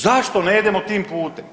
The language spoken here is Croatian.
Zašto ne idemo tim putem?